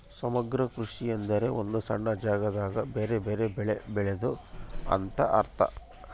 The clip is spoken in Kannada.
ಸಮಗ್ರ ಕೃಷಿ ಎಂದ್ರ ಒಂದು ಸಣ್ಣ ಜಾಗದಾಗ ಬೆರೆ ಬೆರೆ ಬೆಳೆ ಬೆಳೆದು ಅಂತ ಅರ್ಥ